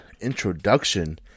introduction